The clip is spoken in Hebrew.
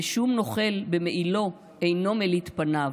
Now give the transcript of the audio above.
/ ושום נוכל, במעילו אינו מליט פניו,